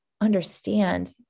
understand